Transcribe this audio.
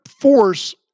force